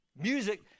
Music